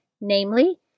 namely